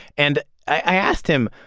and i asked him,